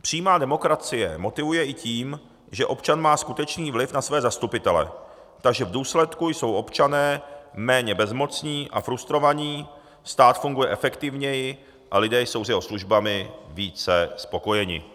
Přímá demokracie motivuje i tím, že občan má skutečný vliv na své zastupitele, takže v důsledku jsou občané méně bezmocní a frustrovaní, stát funguje efektivněji a lidé jsou s jeho službami více spokojeni.